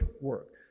work